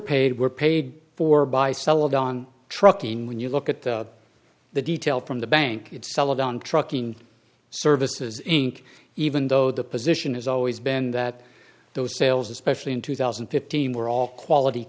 paid were paid for by celadon trucking when you look at the detail from the bank it's celadon trucking services inc even though the position has always been that those sales especially in two thousand and fifteen were all quality